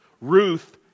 Ruth